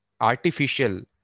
artificial